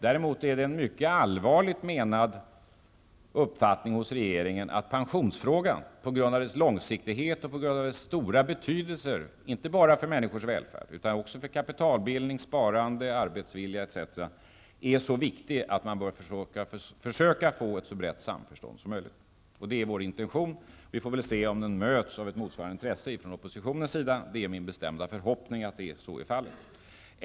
Däremot är det en mycket allvarligt menad uppfattning hos regeringen att pensionsfrågan på grund av dess långsiktighet och stora betydelse -- inte bara för människors välfärd utan också för kapitalbildning, sparande, arbetsvilja etc. -- är så viktig att man bör försöka få ett så brett samförstånd som möjligt. Det är vår intention. Vi får väl se om den möts av ett motsvarande intresse från oppositionens sida. Det är min bestämda förhoppning att så blir fallet.